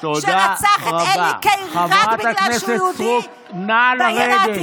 חבר הכנסת אבו שחאדה,